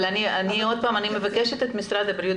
אבל אני מבקשת את משרד הבריאות,